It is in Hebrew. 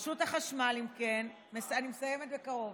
אם כן, רשות החשמל, אני מסיימת בקרוב,